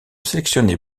sélectionné